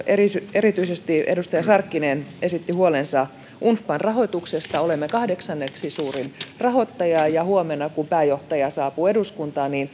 erityisesti edustaja sarkkinen esitti huolensa unfpan rahoituksesta olemme kahdeksanneksi suurin rahoittaja ja huomenna kun pääjohtaja saapuu eduskuntaan